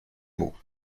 mots